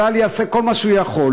צה"ל יעשה כל מה שהוא יכול.